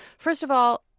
first of all,